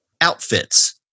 Outfits